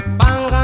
bang